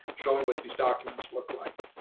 showing what these documents look like